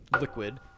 liquid